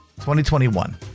2021